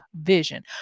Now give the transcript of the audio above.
vision